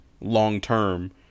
long-term